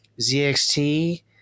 ZXT